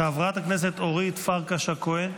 חברת הכנסת אורית פרקש הכהן,